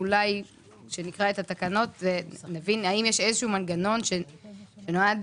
כשנקרא את התקנות נבין האם יש איזשהו מנגנון שנועד